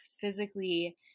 physically